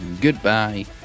Goodbye